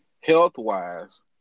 health-wise